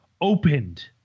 opened